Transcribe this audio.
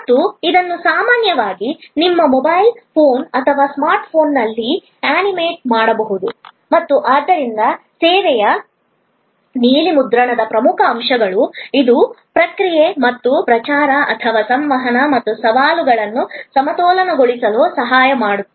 ಮತ್ತು ಇದನ್ನು ಸಾಮಾನ್ಯವಾಗಿ ನಿಮ್ಮ ಮೊಬೈಲ್ ಫೋನ್ ಅಥವಾ ಸ್ಮಾರ್ಟ್ ಫೋನ್ನಲ್ಲಿ ಅನಿಮೇಟ್ ಮಾಡಬಹುದು ಮತ್ತು ಆದ್ದರಿಂದ ಸೇವೆಯ ನೀಲಿ ಮುದ್ರಣದ ಪ್ರಮುಖ ಅಂಶಗಳು ಇದು ಪ್ರಕ್ರಿಯೆ ಮತ್ತು ಪ್ರಚಾರ ಅಥವಾ ಸಂವಹನ ಮತ್ತು ಸವಾಲುಗಳನ್ನು ಸಮತೋಲನಗೊಳಿಸಲು ಸಹಾಯ ಮಾಡುತ್ತದೆ